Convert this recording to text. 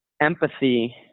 empathy